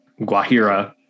guajira